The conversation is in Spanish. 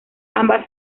ambas